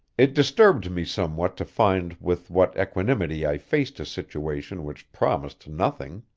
it disturbed me somewhat to find with what equanimity i faced a situation which promised nothing.